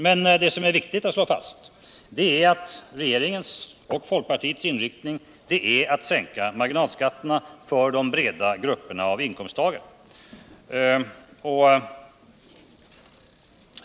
Men vad som är viktigt att slå fast är att regeringens och folkpartiets inriktning är att sänka marginalskatterna för de breda grupperna av inkomsttagare.